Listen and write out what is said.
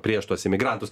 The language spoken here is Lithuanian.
prieš tuos imigrantus